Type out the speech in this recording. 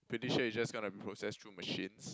pretty sure it's just gonna process through machines